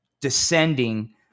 descending